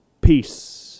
Peace